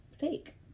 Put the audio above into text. fake